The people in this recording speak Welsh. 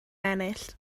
ennill